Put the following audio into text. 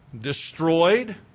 Destroyed